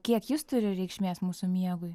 kiek jis turi reikšmės mūsų miegui